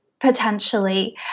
potentially